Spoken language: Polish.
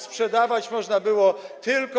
sprzedawać można było tylko.